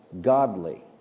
godly